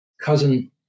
cousin